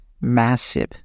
massive